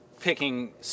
picking